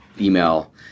email